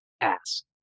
ask